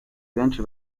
benshi